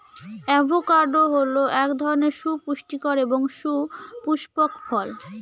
avocado হল এক ধরনের সুপুষ্টিকর এবং সপুস্পক ফল